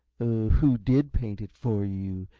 who did paint it for you?